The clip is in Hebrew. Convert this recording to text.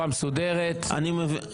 בדרך הזאת ההצעה הבאה שתביאו תהיה